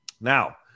Now